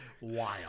Wild